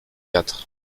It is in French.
quatre